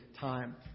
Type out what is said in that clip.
time